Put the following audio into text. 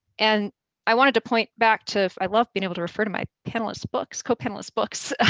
and i wanted to point back to, i love being able to refer to my panelist's books, co-panelist's books,